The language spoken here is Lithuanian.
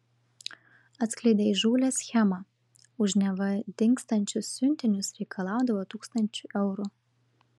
atskleidė įžūlią schemą už neva dingstančius siuntinius reikalaudavo tūkstančių eurų